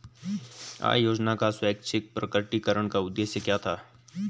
आय योजना का स्वैच्छिक प्रकटीकरण का उद्देश्य क्या था?